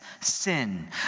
sin